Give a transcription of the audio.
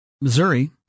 Missouri